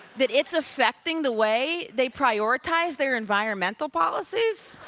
that it's affecting the way they prioritize their environmental policies?